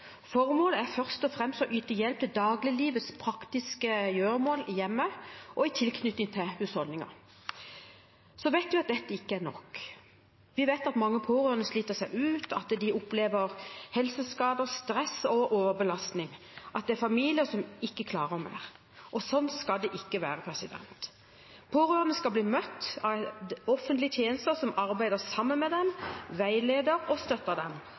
Formålet er først og fremst å yte hjelp til dagliglivets praktiske gjøremål i hjemmet og i tilknytning til husholdningen. Vi vet at dette ikke er nok. Vi vet at mange pårørende sliter seg ut, at de opplever helseskader, stress og overbelastning, at det er familier som ikke klarer mer, og sånn skal det ikke være. Pårørende skal bli møtt av offentlige tjenester som arbeider sammen med dem, veileder og støtter dem,